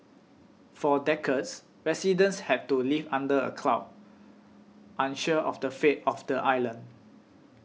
for decades residents had to live under a cloud unsure of the fate of the island